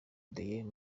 dieu